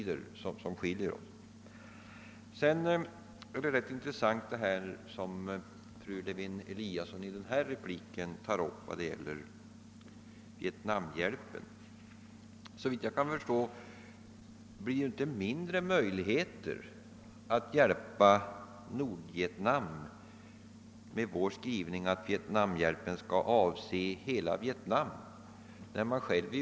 Det som fru Lewén-Eliasson sade i sin senaste replik om Vietnamhjälpen är mycket intressant, men såvitt jag kan förstå blir möjligheterna att hjälpa Nordvietnam inte mindre med vår skrivning. Vi säger att hjälpen skall avse hela Vietnam.